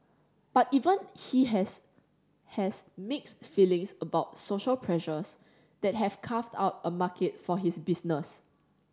but even he has has mixed feelings about social pressures that have carved out a market for his business